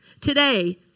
Today